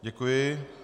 Děkuji.